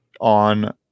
on